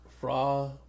Fra